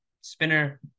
spinner